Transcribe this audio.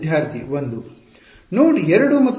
ವಿದ್ಯಾರ್ಥಿ 1